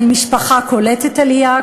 אני משפחה קולטת עלייה,